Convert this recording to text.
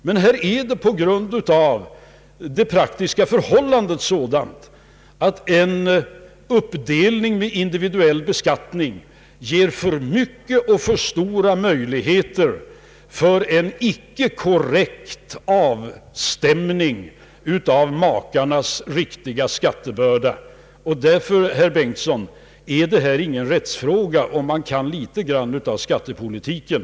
Här är det dock på grund av det praktiska förhållandet så att en uppdelning på individuell beskattning ger för stora möjligheter till en icke korrekt avstämning av makarnas riktiga skattebörda. Därför är detta, herr Bengtson, inte någon rättsfråga — det förstår man om man kan något litet av skattepolitiken.